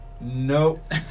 Nope